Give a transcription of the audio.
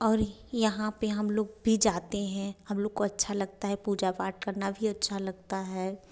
और यहाँ पे हम लोग भी जाते हैं हम लोग को अच्छा लगता है पूजा पाठ भी करना अच्छा लगता है